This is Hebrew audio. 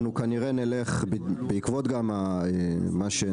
כנראה נלך, בעקבות מה שנאמר